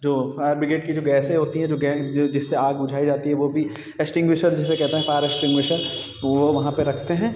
जो fire brigade की जो गैसें होती हैं जिससे आग बुझाई जाती है वो भी स्टिंग्विशर जिसे कहते हैं फायर स्टिंग्विशर वो वहाँ पे रखते हैं